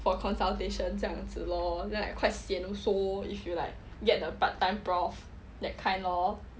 for consultation 这样子 lor then like quite sian also if you like get the part time prof that kind lor